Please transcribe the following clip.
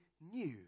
new